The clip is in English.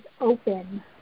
open